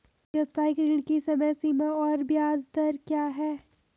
व्यावसायिक ऋण की समय सीमा और ब्याज दर क्या है?